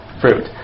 fruit